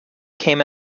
came